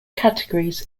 categories